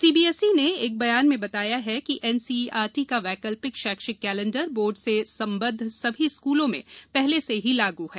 CBSE ने एक बयान में बताया है कि एनसीईआरटी का वैकल्पिक शैक्षिक कैलेंडर बोर्ड से संबद्ध सभी स्कूलों में पहले से ही लागू है